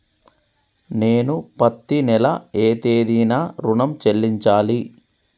నేను పత్తి నెల ఏ తేదీనా ఋణం చెల్లించాలి?